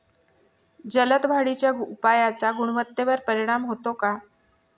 जलद वाढीच्या उपायाचा गुणवत्तेवर परिणाम होतो का?